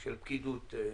של הפקידות.